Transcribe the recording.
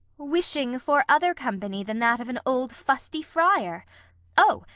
wishing for other company than that of an old fusty friar oh!